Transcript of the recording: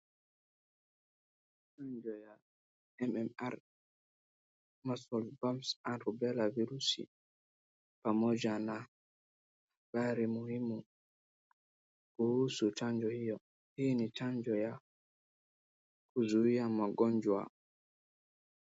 Chanjo ya MMR measles mumps and rubella virusi, pamoja na habari muhimu kuhusu chanjo hiyo. Hii ni chanjo ya kuzuia magonjwa.